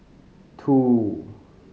two